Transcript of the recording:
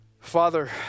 Father